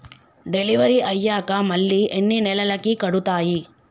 Delivery అయ్యాక మళ్ళీ ఎన్ని నెలలకి కడుతాయి?